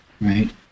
Right